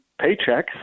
paychecks